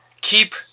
keep